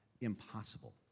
impossible